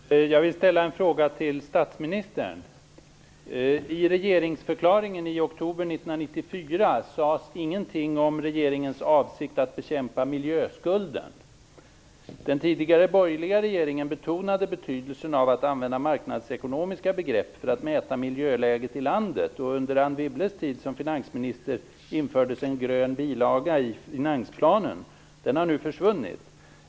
Fru talman! Jag vill ställa en fråga till statsministern. I regeringsförklaringen i oktober 1994 sades ingenting om regeringens avsikt att bekämpa miljöskulden. Den tidigare borgerliga regeringen betonade betydelsen av att använda marknadsekonomiska begrepp för att mäta miljöläget i landet. Under Anne Wibbles tid som finansminister infördes en grön bilaga till finansplanen, men den har nu försvunnit.